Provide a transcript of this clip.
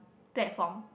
platform